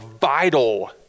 vital